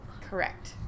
Correct